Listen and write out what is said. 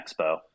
expo